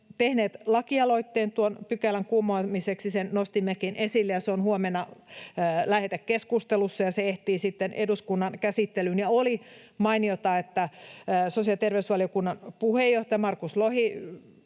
tehneet lakialoitteen tuon pykälän kumoamiseksi. Sen nostimmekin esille. Se on huomenna lähetekeskustelussa, ja se ehtii sitten eduskunnan käsittelyyn. Ja oli mainiota, että sosiaali- ja terveysvaliokunnan puheenjohtaja Markus Lohi